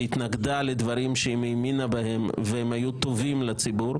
שהתנגדה לדברים שהיא האמינה בהם והם היו טובים לציבור,